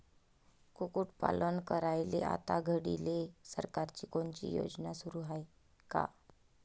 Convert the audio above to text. कुक्कुटपालन करायले आता घडीले सरकारची कोनची योजना सुरू हाये का?